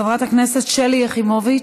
חברת הכנסת שלי יחימוביץ,